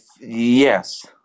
yes